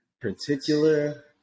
particular